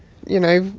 you know,